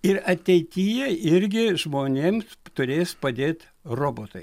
ir ateityje irgi žmonėms turės padėt robotai